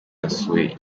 yasuye